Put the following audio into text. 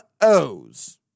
O's